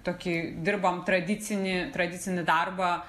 tokį dirbam tradicinį tradicinį darbą